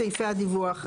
לגבי סעיפי הדיווח.